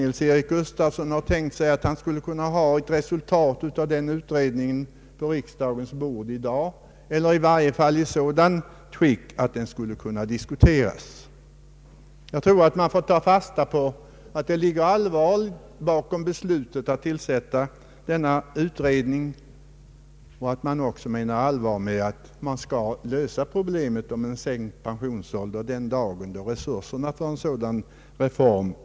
Herr Gustafsson menade väl inte att den utredningen redan i dag skulle kunna ligga på riksdagens bord, så att vi med det utredningsmaterialet som underlag kunde diskutera frågan. Men alla måste väl ändå utgå från att det låg allvar bakom regeringens beslut i våras att tillsätta denna utredning, liksom också att regeringen menar allvar med sitt försök att lösa problemet om en sänkning av den allmänna pensionsåldern den dag resurser finns för en sådan reform.